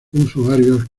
usuarios